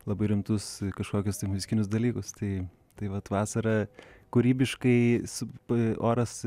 labai rimtus kažkokius tai muzikinius dalykus tai tai vat vasarą kūrybiškai sup oras